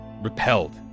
repelled